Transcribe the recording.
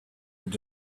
and